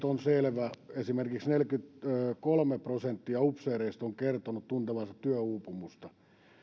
on selvä esimerkiksi neljäkymmentäkolme prosenttia upseereista on kertonut tuntevansa työuupumusta